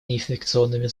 неинфекционными